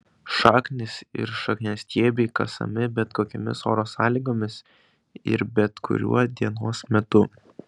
šaknys ir šakniastiebiai kasami bet kokiomis oro sąlygomis ir bet kuriuo dienos metu